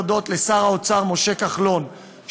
להודות לשר האוצר משה כחלון,